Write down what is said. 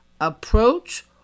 approach